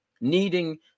needing